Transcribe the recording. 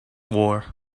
war